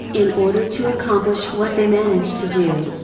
in order to accomplish what they manage to do.